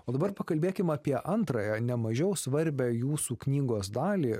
o dabar pakalbėkim apie antrąją nemažiau svarbią jūsų knygos dalį